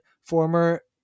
former